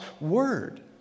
Word